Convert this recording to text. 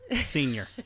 senior